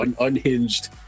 unhinged